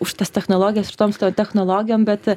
už tas technologijas ir toms technologijom bet